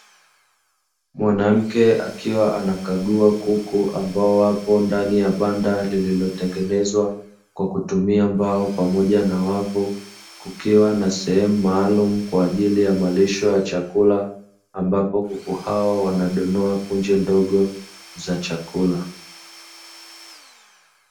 Mwanamke akiwa anakagua kuku, ambao wapo ndani ya banda lililotengenezwa kwa kutumia mbao pamoja na wavu, kukiwa na sehemu maalumu kwa ajili ya malisho ya chakula, ambapo kuku hao wanadonoa punje ndogo za chakula.